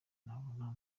nabona